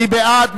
מי בעד?